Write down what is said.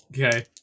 Okay